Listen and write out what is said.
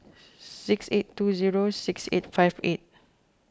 six eight two zero six eight five eight